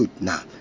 now